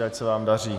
Ať se vám daří.